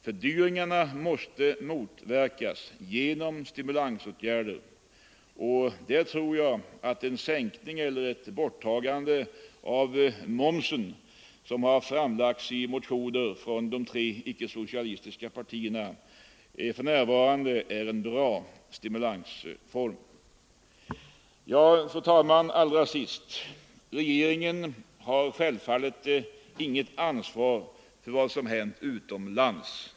Fördyringarna måste motverkas genom stimulansåtgärder — och där tror jag att en sänkning eller ett borttagande av momsen, som föreslagits i motioner av de tre icke-socialistiska partierna, för närvarande är en bra stimulansform. Fru talman! Allra sist vill jag säga: Regeringen har inget ansvar för vad som hänt utomlands.